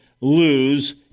lose